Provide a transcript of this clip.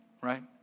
right